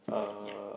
yup yup